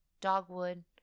dogwood